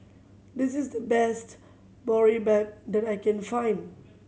this is the best Boribap that I can find